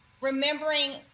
remembering